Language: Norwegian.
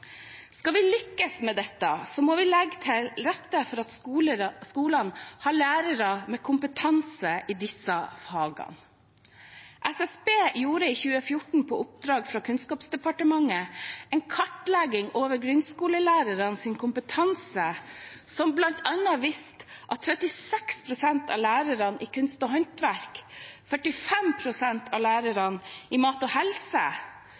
Skal vi lykkes med dette, må vi legge til rette for at skolene har lærere med kompetanse i disse fagene. Statistisk sentralbyrå gjorde i 2014 på oppdrag fra Kunnskapsdepartementet en kartlegging av grunnskolelærernes kompetanse, som bl.a. viste at 36 pst. av lærerne i kunst og håndverk, 45 pst. av lærerne i mat og helse,